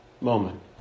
moment